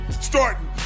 Starting